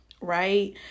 Right